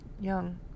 young